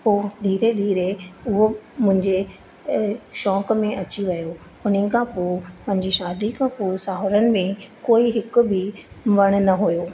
पोइ धीरे धीरे उहो मुंहिंजे शौक़ में अची वियो उन्हनि खां पोइ मुंहिंजी शादी खां पोइ साहुरनि में कोई हिकु बि वणु न हुयो